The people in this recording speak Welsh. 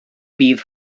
bydd